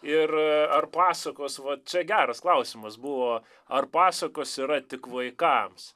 ir ar pasakos va čia geras klausimas buvo ar pasakos yra tik vaikams